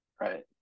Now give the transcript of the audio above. Right